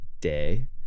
day